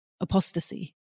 apostasy